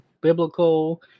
biblical